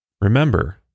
Remember